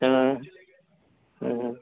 हाँ हाँ